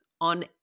on